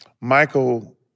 Michael